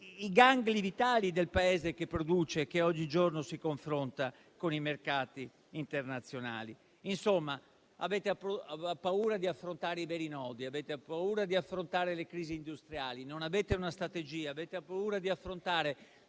i gangli vitali del Paese che produce e che ogni giorno si confronta con i mercati internazionali. Insomma, avete paura di affrontare i veri nodi. Avete paura di affrontare le crisi industriali. Non avete una strategia. Avete paura di affrontare